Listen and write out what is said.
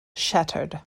shattered